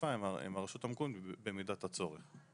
אכיפה עם הרשות המקומית במידת הצורך.